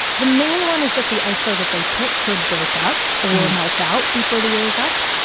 the main one is that the ice floe that they pick could break up or melt out before the year is up.